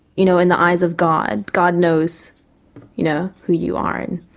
you know, in the eyes of god, god knows you know who you are and